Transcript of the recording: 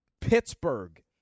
Pittsburgh